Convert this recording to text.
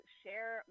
share